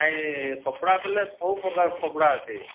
ନାଇଁ କପଡ଼ା କହିଲେ ସବୁ ପ୍ରକାର କପଡ଼ା ଅଛି